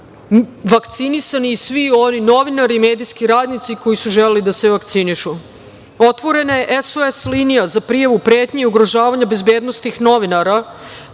vakcinisani i svi oni novinari i medijski radnici koji su želeli da se vakcinišu. Otvorena je SOS linija za prijavu pretnji i ugrožavanja bezbednosti novinara